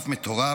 מטורף.